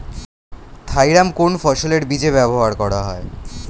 Thiram কোন ফসলের বীজে ব্যবহার করা হয়?